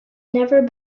never